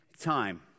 time